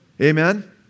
Amen